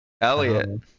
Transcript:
Elliot